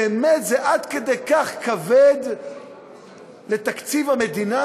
באמת זה עד כדי כך כבד לתקציב המדינה?